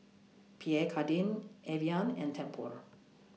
Pierre Cardin Evian and Tempur